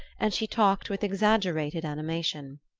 and she talked with exaggerated animation.